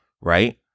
right